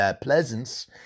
Pleasance